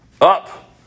up